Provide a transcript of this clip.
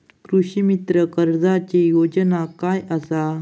कृषीमित्र कर्जाची योजना काय असा?